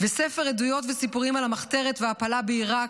ספר עדויות וסיפורים על המחתרת וההעפלה בעיראק,